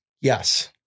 Yes